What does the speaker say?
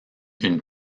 une